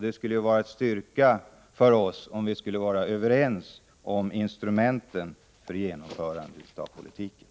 Det skulle vara en styrka för oss om vi vore överens om instrumenten för genomförandet av politiken.